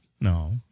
No